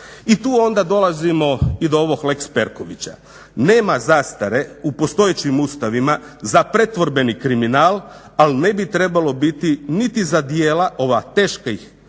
I tu onda dolazimo i do ovog lex Perkovića. Nema zastare u postojećim ustavima za pretvorbeni kriminal, ali ne bi trebalo biti niti za djela ova teških